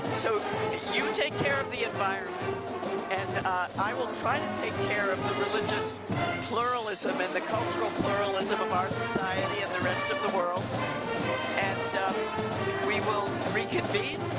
so you take care of the environment and i will try to take care of the religious pluralism and the cultural pluralism of our society and the rest of the world and we will reconvene.